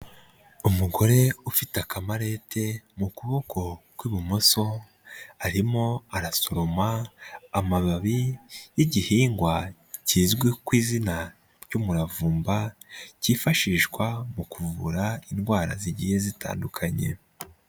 Umugore ufite akamarete mu kuboko kw'ibumoso, arimo arasoroma amababi y'igihingwa kizwi ku izina ry'umuravumba, kifashishwa mu kuvura indwara zigiye zitandukanye.